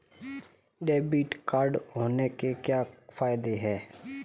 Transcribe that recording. Debit card होने के क्या फायदे हैं?